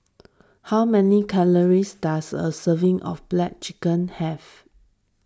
how many calories does a serving of Black Chicken have